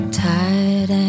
tired